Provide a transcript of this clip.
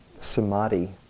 samadhi